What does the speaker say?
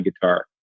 guitar